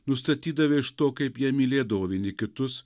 nustatydavę iš to kaip jie mylėdavo vieni kitus